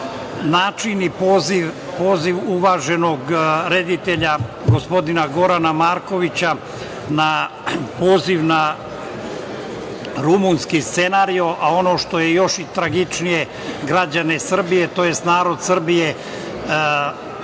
način i poziv uvaženog reditelja, gospodina Gorana Markovića na poziv na rumunski scenarijo, a ono što je još i tragičnije, građane Srbije, tj. narod Srbije